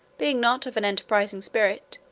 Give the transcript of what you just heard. being not of an enterprising spirit,